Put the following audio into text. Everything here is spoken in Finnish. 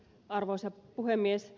arvoisa puhemies